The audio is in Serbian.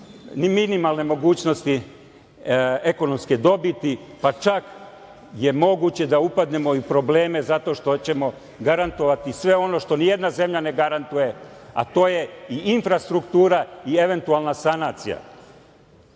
minimalne mogućnosti ekonomske dobiti, pa čak je moguće da upadnemo u probleme zato što ćemo garantovati sve ono što ni jedna zemlja ne garantuje, a to je i infrastruktura i eventualna sanacija. Poštovani